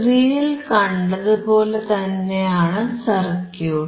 സ്ക്രീനിൽ കണ്ടതുപോലെത്തന്നെയാണ് സർക്യൂട്ട്